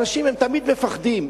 אנשים תמיד מפחדים,